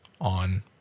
on